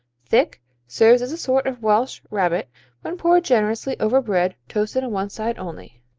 thick serves as a sort of welsh rabbit when poured generously over bread toasted on one side only,